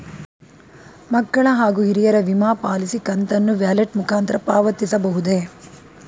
ಮಕ್ಕಳ ಹಾಗೂ ಹಿರಿಯರ ವಿಮಾ ಪಾಲಿಸಿ ಕಂತನ್ನು ವ್ಯಾಲೆಟ್ ಮುಖಾಂತರ ಪಾವತಿಸಬಹುದೇ?